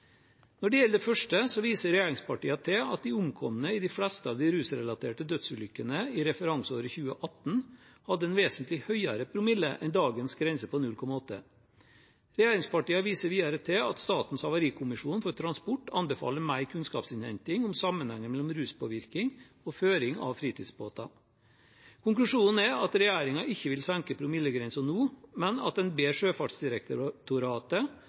Når det gjelder det første, viser regjeringspartiene til at de omkomne i de fleste av de rusrelaterte dødsulykkene i referanseåret 2018 hadde en vesentlig høyere promille enn dagens grense på 0,8. Regjeringspartiene viser videre til at Statens havarikommisjon for transport anbefaler mer kunnskapsinnhenting om sammenhengen mellom ruspåvirkning og føring av fritidsbåter. Konklusjonen er at regjeringen ikke vil senke promillegrensen nå, men at en ber Sjøfartsdirektoratet